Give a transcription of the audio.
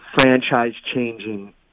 franchise-changing